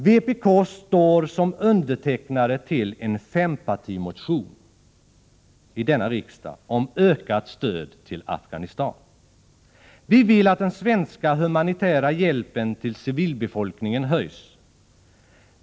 Vpk står som undertecknare av en fempartimotion vid detta riksmöte om ökat stöd till Afghanistan. Vi vill att den svenska humanitära hjälpen till civilbefolkningen ökas.